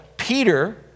Peter